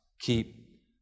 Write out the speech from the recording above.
keep